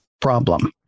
Problem